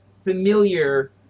familiar